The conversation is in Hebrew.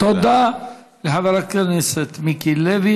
תודה לחבר הכנסת מיקי לוי.